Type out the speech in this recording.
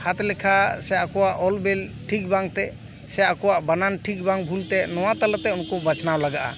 ᱦᱟᱛ ᱞᱮᱠᱷᱟ ᱥᱮ ᱟᱠᱚᱣᱟᱜ ᱚᱞ ᱵᱤᱞ ᱴᱷᱤᱠ ᱵᱟᱝᱛᱮ ᱥᱮ ᱟᱠᱚᱣᱟᱜ ᱵᱟᱱᱟᱱ ᱴᱷᱤᱠ ᱵᱟᱝ ᱵᱷᱩᱞ ᱛᱮ ᱱᱚᱣᱟ ᱛᱟᱞᱟᱛᱮ ᱩᱱᱠᱩ ᱵᱟᱪᱷᱱᱟᱣ ᱞᱟᱜᱟᱜᱼᱟ